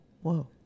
Whoa